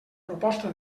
proposta